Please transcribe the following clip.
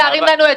אתה אמרת.